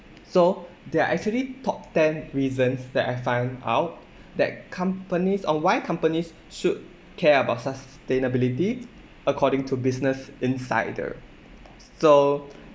so there are actually top ten reasons that I find out that companies oh why companies should care about sustainability according to business insider so